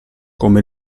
come